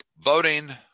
voting